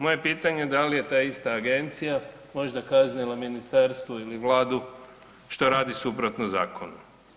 Moje pitanje da li je ta ista agencija možda kaznila ministarstvo ili Vladu što radi suprotno zakonu?